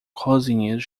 cozinheiros